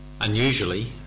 unusually